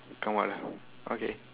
come out ah okay